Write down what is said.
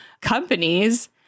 companies